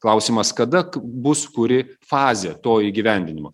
klausimas kada bus kuri fazė to įgyvendinimo